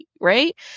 right